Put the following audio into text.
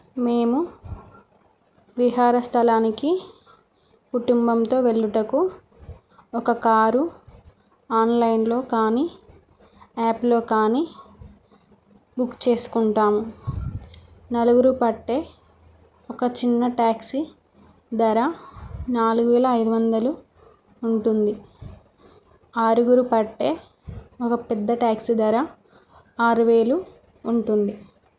మేము విహార స్థలానికి కుటుంబంతో వెళ్ళుటకు ఒక కారు ఆన్లైన్లో కానీ యాప్లో కానీ బుక్ చేసుకుంటాము నలుగురు పట్టే ఒక చిన్న ట్యాక్సీ ధర నాలుగు వేల ఐదు వందలు ఉంటుంది ఆరుగురు పట్టే ఒక పెద్ద ట్యాక్సీ ధర ఆరు వేలు ఉంటుంది